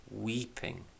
weeping